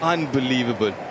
unbelievable